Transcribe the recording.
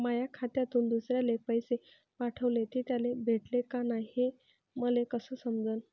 माया खात्यातून दुसऱ्याले पैसे पाठवले, ते त्याले भेटले का नाय हे मले कस समजन?